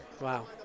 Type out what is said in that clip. Wow